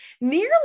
nearly